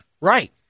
Right